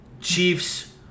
Chiefs